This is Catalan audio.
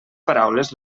paraules